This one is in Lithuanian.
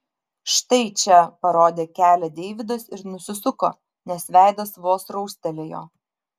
štai čia parodė kelią deividas ir nusisuko nes veidas vos raustelėjo